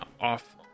off